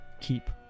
keep